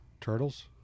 Turtles